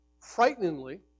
frighteningly